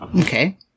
okay